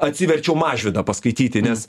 atsiverčiau mažvydą paskaityti nes